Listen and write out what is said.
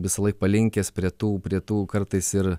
visąlaik palinkęs prie tų prie tų kartais ir